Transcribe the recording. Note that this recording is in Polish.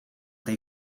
tej